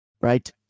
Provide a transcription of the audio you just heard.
Right